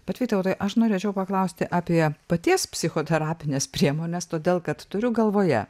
bet vytautai aš norėčiau paklausti apie paties psichoterapines priemones todėl kad turiu galvoje